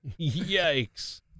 Yikes